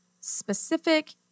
specific